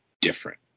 different